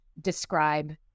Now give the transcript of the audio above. describe